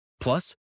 Plus